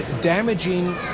damaging